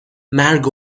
مرگ